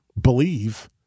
believe